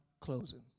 closing